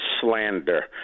slander